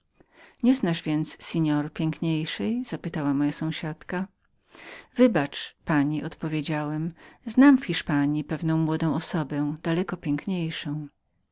lepari nieznasz więc pan piękniejszej zapytała moja sąsiadka wybacz pani odpowiedziałem znam w hiszpanji pewną młodą osobę daleko piękniejszą